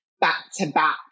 back-to-back